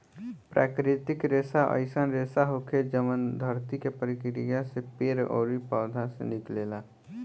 प्राकृतिक रेसा अईसन रेसा होखेला जवन धरती के प्रक्रिया से पेड़ ओरी पौधा से निकलेला